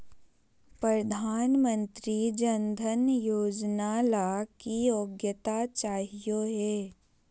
प्रधानमंत्री जन धन योजना ला की योग्यता चाहियो हे?